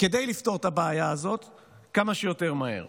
כדי לפתור את הבעיה הזאת כמה שיותר מהר: